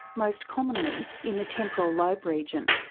most commonly in the temporal lobe region.